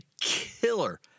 killer